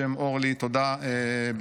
תודה בשם אורלי, תודה בשמנו.